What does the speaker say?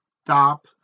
stop